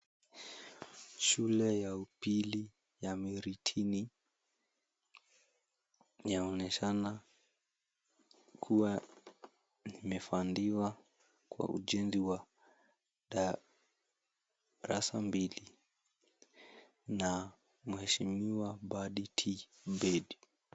Shule ya Upili ya Miritini inaonyeshana kuwa limefandiwa kwa ujenzi wa darasa mbili na Mheshimwa Badi T. Bady.